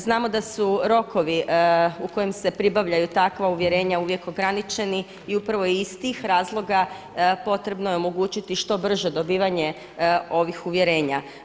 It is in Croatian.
Znamo da su rokovi u kojim se pribavljaju takva uvjerenja uvijek ograničeni i upravo iz tih razloga potrebno je omogućiti što brže dobivanje ovih uvjerenja.